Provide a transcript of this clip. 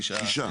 תשעה?